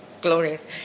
Glorious